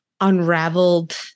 unraveled